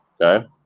okay